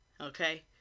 okay